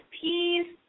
peas